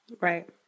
Right